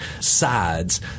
sides